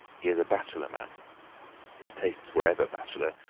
he is a bachelor man his tastes were ever bachelor,